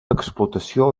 explotació